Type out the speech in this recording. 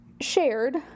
shared